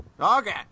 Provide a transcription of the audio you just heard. Okay